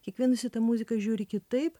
kiekvienas į tą muziką žiūri kitaip